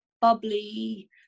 bubbly